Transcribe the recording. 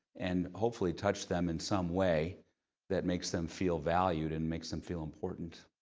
and hopefully touch them in some way that makes them feel valued and makes them feel important.